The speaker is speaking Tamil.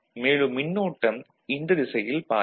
மேலும் மின்னோட்டம் இந்தத் திசையில் பாயும்